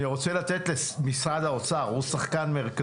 אני רוצה לומר שענף החלב נמצא בתהליך.